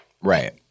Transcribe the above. Right